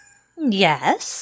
Yes